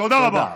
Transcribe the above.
תודה רבה.